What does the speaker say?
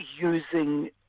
using